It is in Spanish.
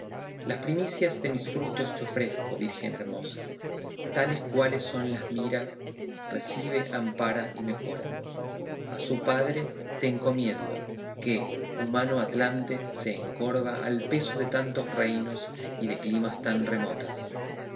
las primicias de mis frutos te ofrezco virgen hermosa tales cuales son las mira recibe ampara y mejora a su padre te encomiendo que humano atlante se encorva al peso de tantos reinos y de climas tan remotas